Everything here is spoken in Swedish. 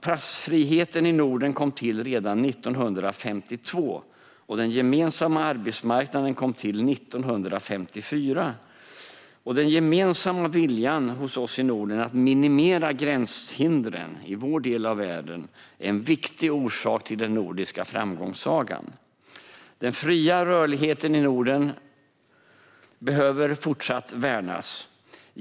Passfriheten i Norden infördes redan 1952, och den gemensamma arbetsmarknaden infördes 1954. Den gemensamma viljan i Norden att minimera gränshindren i vår del av världen är en viktig orsak till den nordiska framgångssagan. Den fria rörligheten i Norden behöver värnas även i fortsättningen.